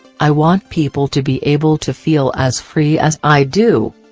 i want people to be able to feel as free as i do.